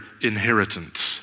inheritance